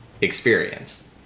experience